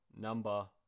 number